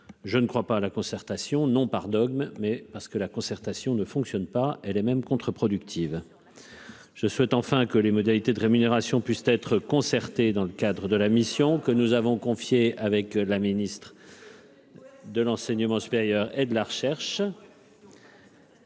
je ne crois pas à la concertation, non par dogme, mais parce que la concertation ne fonctionne pas, elle est même contre-productive, je souhaite enfin que les modalités de rémunération puissent être concertés dans le cadre de la mission que nous avons confié avec la ministre. De l'enseignement supérieur et de la recherche.